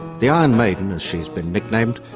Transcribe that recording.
the iron maiden, as she has been nicknamed,